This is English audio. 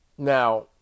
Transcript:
Now